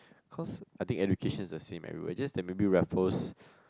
cause I think education is the same everywhere just that maybe Raffles